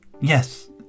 yes